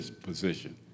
position